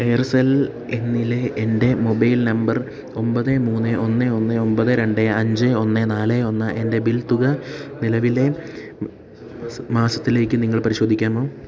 Aircel എന്നിലെ എൻറ്റെ mobile number ഒൻപത് മൂന്ന് ഒന്ന് ഒന്ന് ഒൻപത് രണ്ട് അഞ്ച് ഒന്ന് നാല് ഒന്ന് എൻറ്റെ ബിൽ തുക നിലവിലേ മാസത്തിലേക്ക് നിങ്ങൾ പരിശോധിക്കാമോ